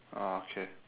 ah okay